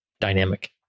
dynamic